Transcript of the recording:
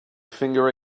finger